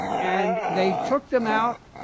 and they took them out,